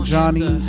Johnny